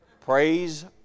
praise